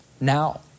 now